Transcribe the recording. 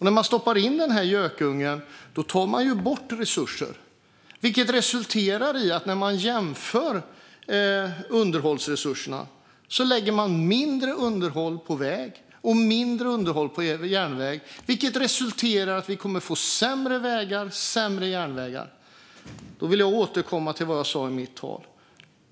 När man stoppar in den gökungen tar man bort resurser, och när man jämför underhållsresurserna ser man att mindre läggs på underhåll på väg och på underhåll på järnväg, vilket resulterar i att vi kommer att få sämre vägar och järnvägar. Jag vill återkomma till vad jag sa i mitt tal.